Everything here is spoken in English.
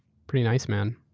pretty nice, man.